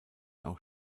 auch